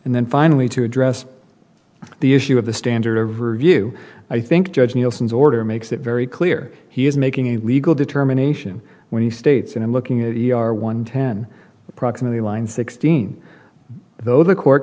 and then finally to address the issue of the standard of review i think judge nielsen's order makes it very clear he is making a legal determination when he states and i'm looking at our one ten approximately line sixteen though the court